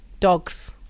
Dogs